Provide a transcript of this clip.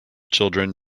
children